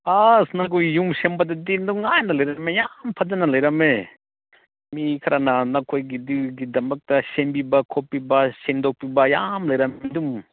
ꯑꯥꯁ ꯅꯈꯣꯏ ꯌꯨꯝ ꯁꯦꯝꯕꯗꯨꯗꯤ ꯅꯨꯡꯉꯥꯏꯅ ꯂꯩꯔꯝꯃꯦ ꯌꯥꯝ ꯐꯖꯅ ꯂꯩꯔꯝꯃꯦ ꯃꯤ ꯈꯔꯅ ꯅꯈꯣꯏꯒꯤ ꯗꯤꯒꯤꯗꯝꯃꯛꯇ ꯁꯦꯝꯕꯤꯕ ꯈꯣꯠꯄꯤꯕ ꯁꯦꯡꯗꯣꯛꯄꯤꯕ ꯌꯥꯝ ꯂꯩꯔꯝꯃꯦ